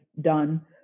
done